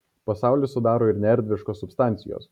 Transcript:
pasaulį sudaro ir neerdviškos substancijos